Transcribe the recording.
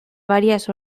varias